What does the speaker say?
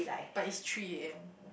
but it's three A_M